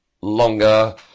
longer